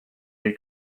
had